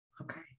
Okay